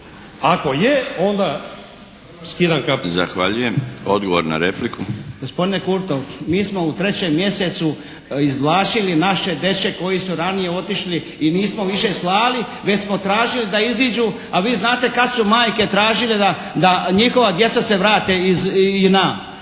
Odgovor na repliku. **Mlinarić, Petar (HDZ)** Gospodine Kurtov, mi smo u 3. mjesecu izvlačili naše dečke koji su ranije otišli i nismo više slali već smo tražili da iziđu, a vi znate kad su majke tražile da njihova djeca se vrate iz